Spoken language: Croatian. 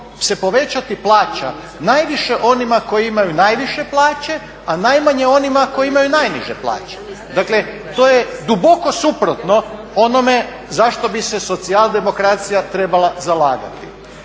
se povećati plaća najviše onima koji imaju najviše plaće, a najmanje onima koji imaju najniže plaće. Dakle, to je duboko suprotno onome za što bi se socijaldemokracija trebala zalagati.